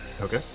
Okay